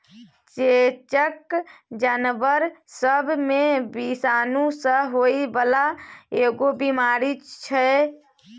चेचक जानबर सब मे विषाणु सँ होइ बाला एगो बीमारी छै